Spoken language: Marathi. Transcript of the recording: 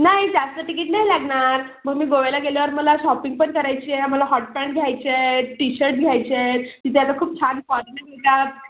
नाही जास्त तिकीट नाही लागणार मग मी गोव्याला गेल्यावर मला शॉपिंग पण करायचीय मला हॉट पॅन्ट घ्यायचे आहेत टीशर्ट घ्यायचे आहेत तिथे आता खूप छान फॉरनर येतात